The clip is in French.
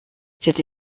cette